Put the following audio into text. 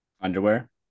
Underwear